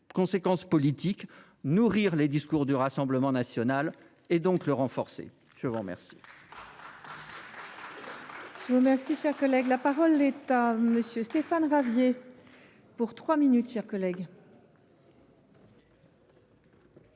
conséquence politique de nourrir les discours du Rassemblement national et donc le renforcer. La parole